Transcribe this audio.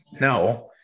No